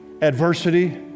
adversity